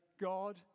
God